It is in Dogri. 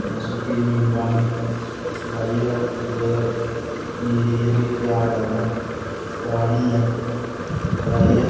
इंया सुक्की जमीन बाह्नी बाइयै फिर अग्गुआं जेल्लै पनीरी गी असें त्यार करना राह्नी ऐ राहियै